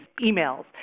emails